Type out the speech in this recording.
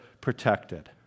protected